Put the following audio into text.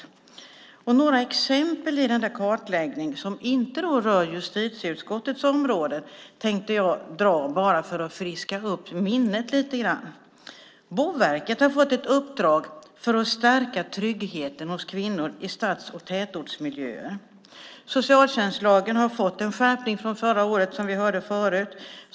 Jag ska dra några exempel ur kartläggningen, som inte rör justitieutskottets område, för att friska upp minnet lite. Boverket har fått ett uppdrag för att stärka tryggheten för kvinnor i stads och tätortsmiljöer. Socialtjänstlagen har fått en skärpning från förra året, som vi hörde förut.